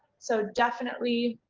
so definitely